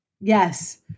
Yes